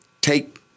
take